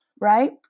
right